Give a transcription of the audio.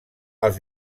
els